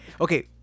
okay